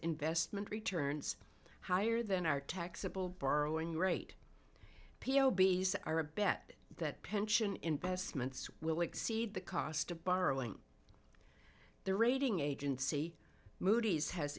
investment returns higher than our taxable borrowing rate p o b s are a bet that pension investments will exceed the cost of borrowing the rating agency moody's has